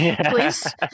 Please